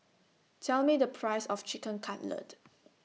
Tell Me The Price of Chicken Cutlet